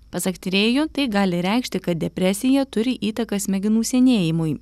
pasak tyrėjų tai gali reikšti kad depresija turi įtaką smegenų senėjimui